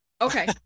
Okay